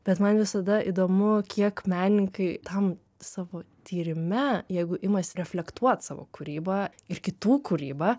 bet man visada įdomu kiek menininkai tam savo tyrime jeigu imasi reflektuot savo kūrybą ir kitų kūrybą